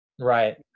Right